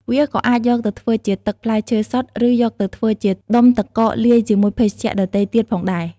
វាក៏អាចយកទៅធ្វើជាទឹកផ្លែឈើសុទ្ធ ឬយកទៅធ្វើជាដុំទឹកកកលាយជាមួយភេសជ្ជៈដទៃទៀតផងដែរ។